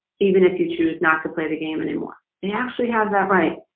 even if you choose not to play the game anymore. they actually have that right?